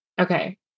okay